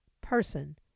person